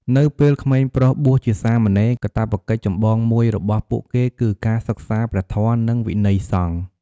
នៅពេលក្មេងប្រុសបួសជាសាមណេរ កាតព្វកិច្ចចម្បងមួយរបស់ពួកគេគឺ ការសិក្សាព្រះធម៌ និងវិន័យសង្ឃ។